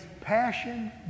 passion